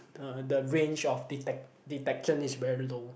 the the range of detect detection is very low